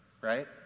right